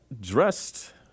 dressed